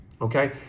okay